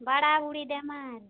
ବାଡ଼ା ହୁଡ଼ି ଦେମାର୍